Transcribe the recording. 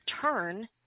turn